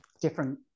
different